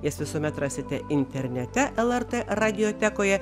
jas visuomet rasite internete lrt radiotekoje